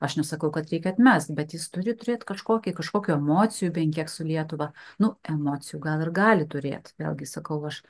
aš nesakau kad reikia atmest bet jis turi turėt kažkokį kažkokių emocijų bent kiek su lietuva nu emocijų gal ir gali turėt vėlgi sakau aš